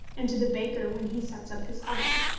and to the baker when he sets up his oven.